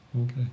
Okay